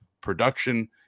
production